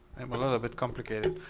um a lot but complicated.